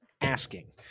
asking